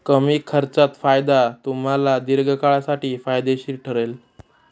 कमी खर्चात फायदा तुम्हाला दीर्घकाळासाठी फायदेशीर ठरेल